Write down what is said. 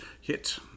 hit